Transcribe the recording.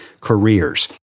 careers